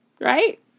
right